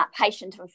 patient